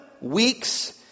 weeks